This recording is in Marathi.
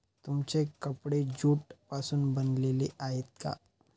तुमचे कपडे ज्यूट पासून बनलेले आहेत का?